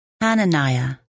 Hananiah